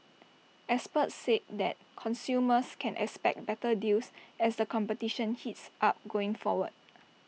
experts said that consumers can expect better deals as the competition heats up going forward